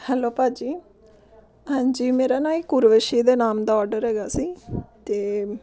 hello ਭਾਅ ਜੀ ਹਾਂਜੀ ਮੇਰਾ ਨਾ ਇੱਕ ਉਰਵਸ਼ੀ ਦੇ ਨਾਮ ਦਾ ਔਡਰ ਹੈਗਾ ਸੀ ਅਤੇ